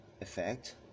effect